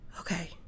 Okay